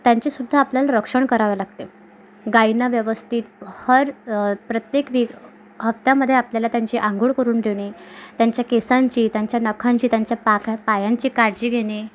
त्यांचे सुद्धा आपल्याला रक्षण करावे लागते गायींना व्यवस्थित हर प्रत्येक वीक हप्त्यामध्ये आपल्याला त्यांची अंघोळ करून घेणे त्यांच्या केसांची त्यांच्या नखांची त्यांच्या पाका पायांची काळजी घेणे